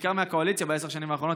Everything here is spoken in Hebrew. בעיקר מהקואליציה בעשר השנים האחרונות,